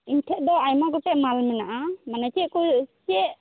ᱤᱧ ᱴᱷᱮᱱ ᱫᱚ ᱟᱭᱢᱟ ᱜᱚᱴᱮᱱ ᱢᱟᱞ ᱢᱮᱱᱟᱜᱼᱟ ᱢᱟᱱᱮ ᱪᱮᱫ ᱠᱚ ᱪᱮᱫ